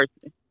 person